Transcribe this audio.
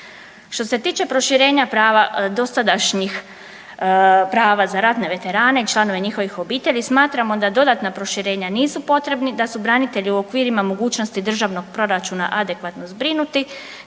Što se tiče proširenja prava dosadašnjih prava za ratne veterane i članove njihovih obitelji smatramo da dodatna proširenja nisu potrebni, da su branitelji u okvirima mogućnosti državnog proračuna adekvatno zbrinuti,